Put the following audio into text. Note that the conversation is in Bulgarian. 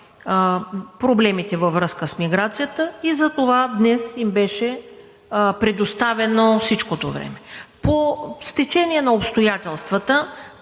проблемите във връзка с миграцията. Затова днес им беше предоставено всичкото време. По стечение на обстоятелствата